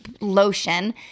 lotion